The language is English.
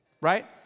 right